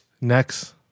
Next